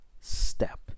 step